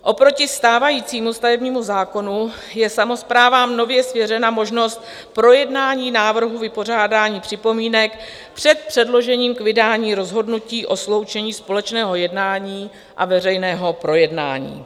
Oproti stávajícímu stavebnímu zákonu je samosprávám nově svěřena možnost projednání návrhů vypořádání připomínek před předložením k vydání rozhodnutí o sloučení společného jednání a veřejného projednání.